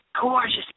gorgeous